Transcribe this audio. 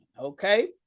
Okay